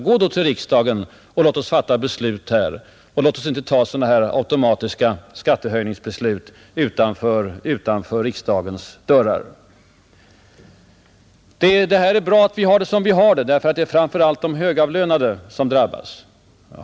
Gå till riksdagen så att vi får fatta beslut här och låt oss inte ta automatiska skattehöjningsbeslut utanför riksdagens dörrar. Det är bra som vi har det, därför att det är framför allt de högavlönade som drabbas, menar finansministern.